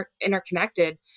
interconnected